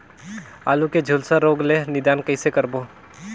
आलू के झुलसा रोग ले निदान कइसे करबो?